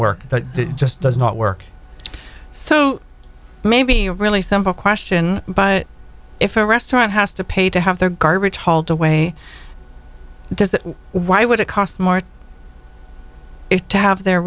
work that just does not work so maybe a really simple question but if a restaurant has to pay to have their garbage hauled away does that why would it cost smart to have their